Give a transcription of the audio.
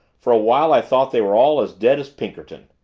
for a while i thought they were all as dead as pinkerton.